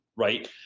right